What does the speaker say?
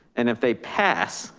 and if they pass,